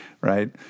right